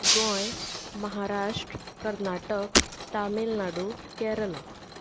Goa Maharashtra Karnataka Tamil Nadu Kerala